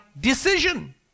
decision